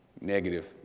negative